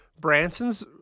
Branson's